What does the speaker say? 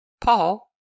Paul